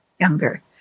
younger